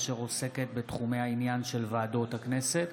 אשר עוסקת בתחומי העניין של ועדות הכנסת.